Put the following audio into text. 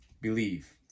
believe